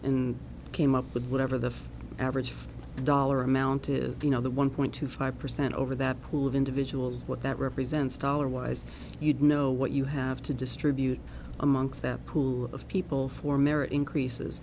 and came up with whatever the average for dollar amount is you know the one point two five percent over that pool of individuals what that represents dollar wise you'd know what you have to distribute amongst that pool of people for merit increases